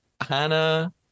Hannah